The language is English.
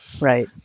Right